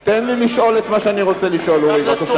ואני רוצה לשאול את הרב גפני,